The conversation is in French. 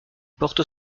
porte